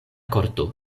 korto